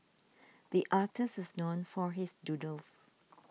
the artist is known for his doodles